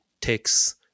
takes